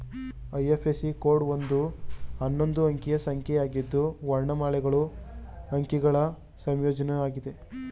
IFSC code ಒಂದು ಹನ್ನೊಂದು ಅಂಕಿಯ ಸಂಖ್ಯೆಯಾಗಿದ್ದು ವರ್ಣಮಾಲೆಗಳು ಅಂಕಿಗಳ ಸಂಯೋಜ್ನಯಾಗಿದೆ